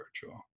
virtual